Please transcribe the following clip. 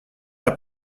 est